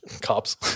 Cops